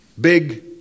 Big